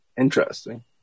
Interesting